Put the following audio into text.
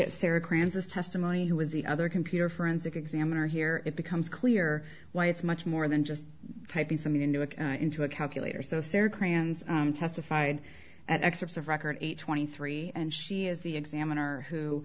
this testimony who was the other computer forensic examiner here it becomes clear why it's much more than just typing something into it into a calculator so sarah kranz testified at excerpts of record eight twenty three and she is the examiner who